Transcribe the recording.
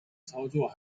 操作